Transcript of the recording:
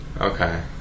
Okay